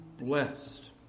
blessed